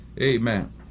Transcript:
Amen